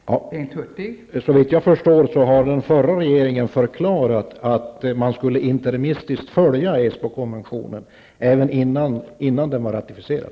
Fru talman! Såvitt jag förstår har den förra regeringen förklarat att man interimistiskt skulle följa Esbokonventionen även innan den var ratificerad.